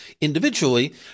individually